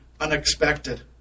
unexpected